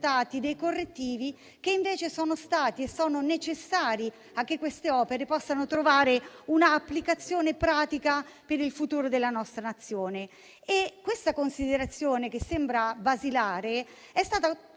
correttivi, che invece sono stati e sono necessari affinché queste opere possano trovare un'applicazione pratica per il futuro della nostra Nazione. Tale considerazione, che sembra basilare, è stata